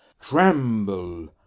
Tremble